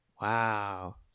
wow